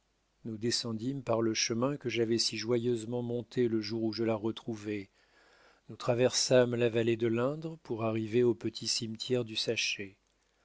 nous descendîmes par le chemin que j'avais si joyeusement monté le jour où je la retrouvai nous traversâmes la vallée de l'indre pour arriver au petit cimetière de saché